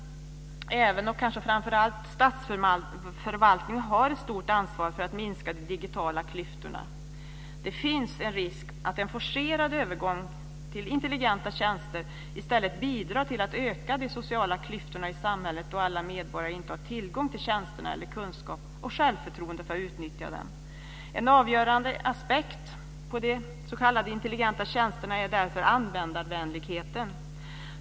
Även, och kanske framför allt, statsförvaltningen har ett stort ansvar för att minska de digitala klyftorna. Det finns en risk att en forcerad övergång till intelligenta tjänster i stället bidrar till att öka de sociala klyftorna i samhället då alla medborgare inte har tillgång till tjänsterna eller kunskap och självförtroende för att utnyttja dem. En avgörande aspekt på de s.k. intelligenta tjänsterna är därför användarvänligheten.